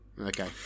okay